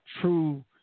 true